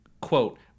Quote